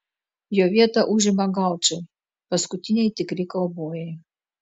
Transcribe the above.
jo vietą užima gaučai paskutiniai tikri kaubojai